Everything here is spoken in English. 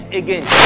again